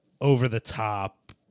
over-the-top